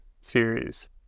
series